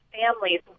families